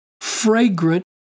fragrant